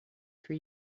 for